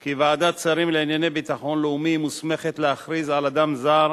כי ועדת שרים לענייני ביטחון לאומי מוסמכת להכריז על אדם זר